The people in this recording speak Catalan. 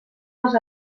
els